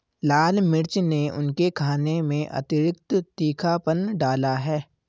लाल मिर्च ने उनके खाने में अतिरिक्त तीखापन डाला है